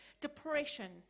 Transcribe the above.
depression